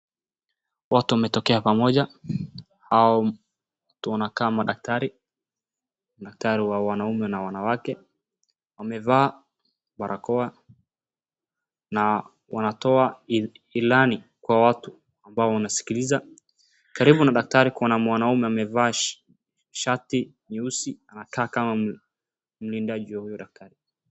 Watu wametokea pamoja hao wanakaa madaktari, daktari wa wanaume na wanawake. Wamevaa barakoa na wanatoa ilani kwa watu ambao wanaskiliza. Karibu na daktari kuna mwanaume amevaa shati nyeusi anakaa kama mlindaji wa huyu daktari.